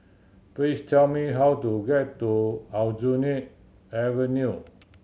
please tell me how to get to Aljunied Avenue